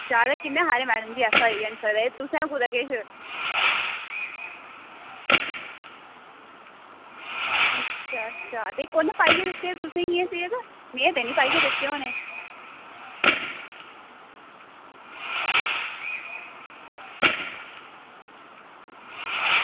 जादै किन्ने हारे मैड़म जी ऐसा होई गै निं सकदा ऐ एह् तुसें गै कुदै किश ते कु'नै पाइयै दित्ते हे तुसेंगी एह् सेव में ते निं पाइयै दित्ते होने